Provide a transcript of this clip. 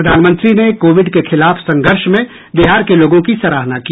प्रधानमंत्री ने कोविड के खिलाफ संघर्ष में बिहार के लोगों की सराहना की